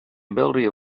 ability